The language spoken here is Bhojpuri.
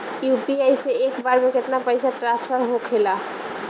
यू.पी.आई से एक बार मे केतना पैसा ट्रस्फर होखे ला?